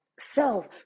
self